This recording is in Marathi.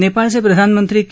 नेपाळचे प्रधानमंत्री के